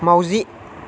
माउजि